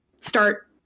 start